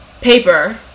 paper